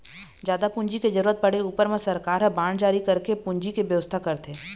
जादा पूंजी के जरुरत पड़े ऊपर म सरकार ह बांड जारी करके पूंजी के बेवस्था करथे